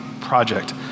project